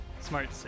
Smart